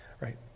Right